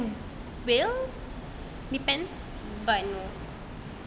I will depend but no